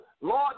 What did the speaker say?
Lord